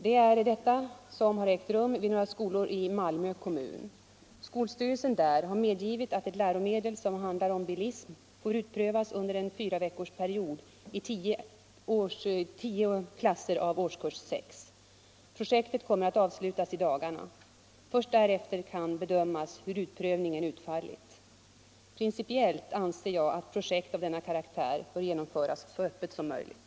Det är detta som har ägt rum vid några skolor i Malmö kommun. Skolstyrelsen där har medgivit att ett läromedel som handlar om bilismen får prövas under en fyraveckorsperiod i tio klasser av årskurs 6. Projektet kommer att avslutas i dagarna. Först därefter kan bedömas hur utprövningen utfallit. Principiellt anser jag att projekt av denna karaktär bör genomföras så öppet som möjligt.